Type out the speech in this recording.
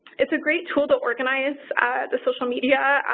it's a great tool to organize the social media.